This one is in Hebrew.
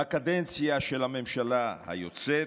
בקדנציה של הממשלה היוצאת,